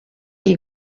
iyi